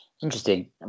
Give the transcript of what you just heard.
Interesting